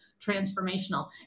transformational